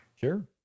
Sure